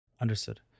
Understood